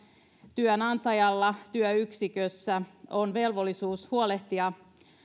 työnantajalla työyksikössä on velvollisuus huolehtia